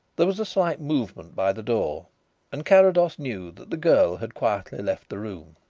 there was a slight movement by the door and carrados knew that the girl had quietly left the room.